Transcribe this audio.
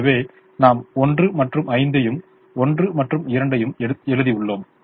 எனவே நாம் 1 மற்றும் 5 ஐ யும் 1 மற்றும் 2 ஐ யும் எழுதியுள்ளோம்